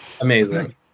Amazing